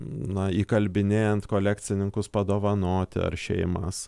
na įkalbinėjant kolekcininkus padovanoti ar šeimas